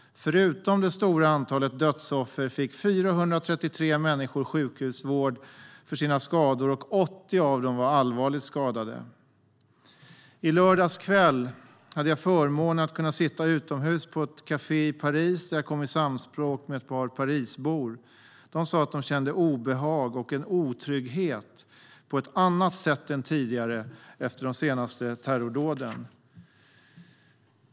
Förutom det stora antalet dödsoffer fick 433 människor sjukhusvård för sina skador, och 80 av dem var allvarligt skadade. I lördags kväll hade jag förmånen att kunna sitta utomhus på ett kafé i Paris där jag kom i samspråk med ett par Parisbor. De sa att de kände obehag och en otrygghet på ett annat sätt än tidigare efter de senaste terrordåden.